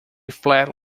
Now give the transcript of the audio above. flat